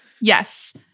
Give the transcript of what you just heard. Yes